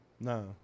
No